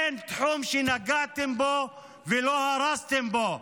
אין תחום שנגעתם בו ולא הרסתם בו.